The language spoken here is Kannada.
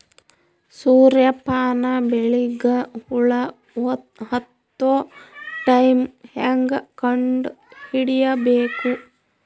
ಸೂರ್ಯ ಪಾನ ಬೆಳಿಗ ಹುಳ ಹತ್ತೊ ಟೈಮ ಹೇಂಗ ಕಂಡ ಹಿಡಿಯಬೇಕು?